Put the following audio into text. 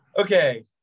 Okay